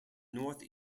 north